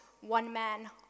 one-man